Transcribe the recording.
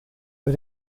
but